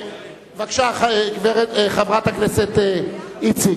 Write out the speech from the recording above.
בבקשה, חברת הכנסת איציק.